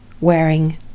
wearing